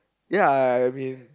ya I mean